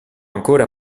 ancora